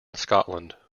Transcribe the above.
scotland